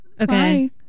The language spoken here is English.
Okay